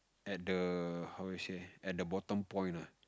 at the how to say at the bottom point ah